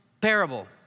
parable